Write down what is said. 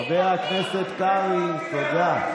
חבר הכנסת קרעי, תודה.